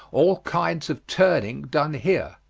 all kinds of turning done here.